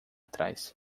trás